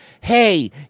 hey